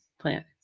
plan